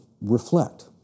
reflect